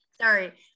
Sorry